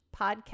Podcast